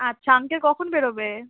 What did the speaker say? আচ্ছা আংকেল কখন বেরোবে